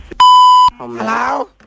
Hello